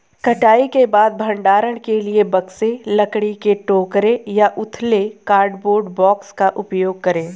कटाई के बाद भंडारण के लिए बक्से, लकड़ी के टोकरे या उथले कार्डबोर्ड बॉक्स का उपयोग करे